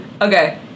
Okay